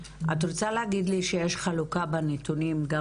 את רוצה להגיד לי שישנה חלוקה בנתונים גם